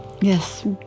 Yes